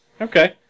Okay